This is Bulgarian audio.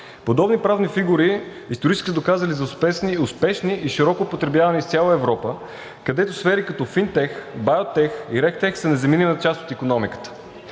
Подобни правни фигури исторически са се доказали като успешни и широко употребявани из цяла Европа, където в сфери като Fintech, BioTech, RegTech са незаменима част от икономиката.